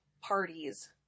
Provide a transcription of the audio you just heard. parties